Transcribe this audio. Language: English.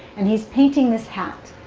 and he's painting this hat.